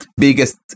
biggest